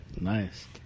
Nice